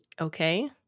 Okay